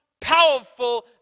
powerful